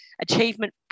achievement